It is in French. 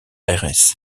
aires